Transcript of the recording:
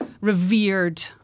revered